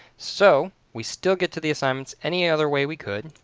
so we still get to the assignments any other way we could.